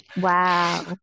Wow